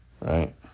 Right